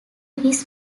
his